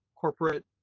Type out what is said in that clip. corporate